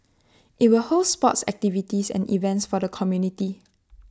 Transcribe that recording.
IT will host sports activities and events for the community